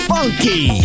Funky